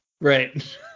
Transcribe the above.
Right